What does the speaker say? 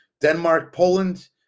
Denmark-Poland